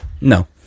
no